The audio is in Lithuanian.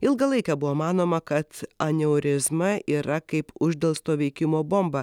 ilgą laiką buvo manoma kad aneurizma yra kaip uždelsto veikimo bomba